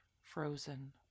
frozen